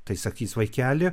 tai sakys vaikeli